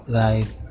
life